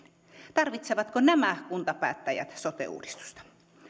tarvitsevatko nämä kuntapäättäjät sote uudistusta